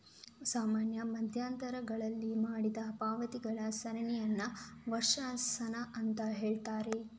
ಸಮಾನ ಮಧ್ಯಂತರಗಳಲ್ಲಿ ಮಾಡಿದ ಪಾವತಿಗಳ ಸರಣಿಯನ್ನ ವರ್ಷಾಶನ ಅಂತ ಹೇಳ್ತಾರೆ